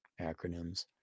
Acronyms